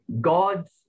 God's